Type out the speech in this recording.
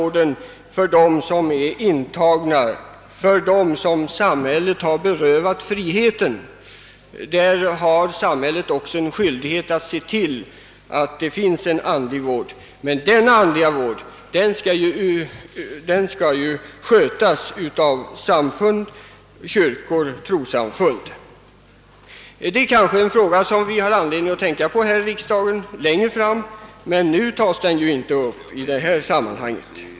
När det gäller dem som är intagna för vård, dem som samhället har berövat friheten, har samhället också skyldighet att se till att det finns en andlig vård. Det är en fråga som vi har anledning att tänka på här i riksdagen längre fram, men den har ju inte tagits upp i detta sammanhang.